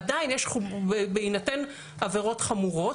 עדיין בהינתן עבירות חמורות,